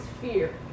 fear